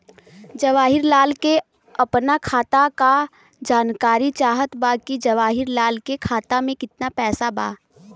जवाहिर लाल के अपना खाता का जानकारी चाहत बा की जवाहिर लाल के खाता में कितना पैसा बा?